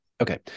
Okay